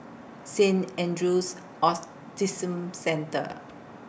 Saint Andrew's Autism Centre